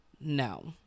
No